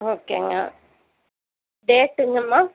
ஓகேங்க டேட்டுங்கம்மா